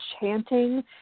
chanting